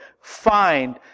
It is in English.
find